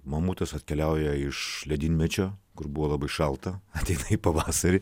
mamutus atkeliauja iš ledynmečio kur buvo labai šalta tik pavasarį